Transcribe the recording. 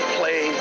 play